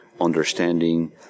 understanding